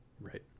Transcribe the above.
Right